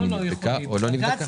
האם היא נבדקה או לא נבדקה?